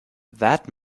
that